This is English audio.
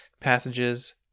Passages